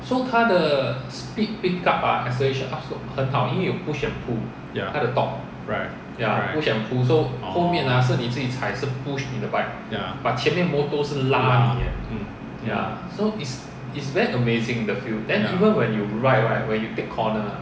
ya right right orh ya 拉 right